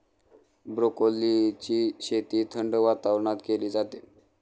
ब्रोकोलीची शेती थंड वातावरणात केली जाते